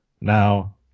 Now